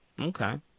Okay